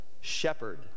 Shepherd